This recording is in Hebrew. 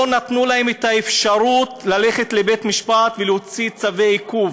לא נתנו להם את האפשרות ללכת לבית-משפט ולהוציא צווי עיכוב,